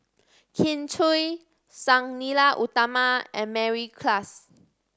Kin Chui Sang Nila Utama and Mary Klass